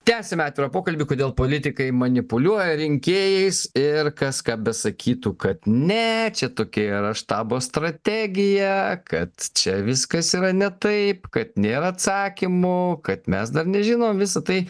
tęsiame pokalbį kodėl politikai manipuliuoja rinkėjais ir kas ką besakytų kad ne čia tokia yra štabo strategija kad čia viskas yra ne taip kad nėra atsakymų kad mes dar nežinom visa tai